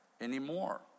anymore